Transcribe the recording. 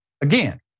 again